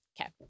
Okay